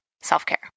self-care